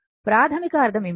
ప్రాధమిక అర్థం ఏమిటంటే